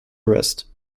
arrest